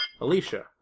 Alicia